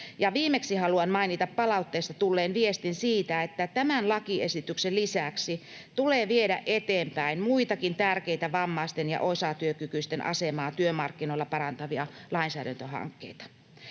Viimeksi haluan mainita palautteessa tulleen viestin siitä, että tämän lakiesityksen lisäksi tulee viedä eteenpäin muitakin tärkeitä vammaisten ja osatyökykyisten asemaa työmarkkinoilla parantavia lainsäädäntöhankkeita.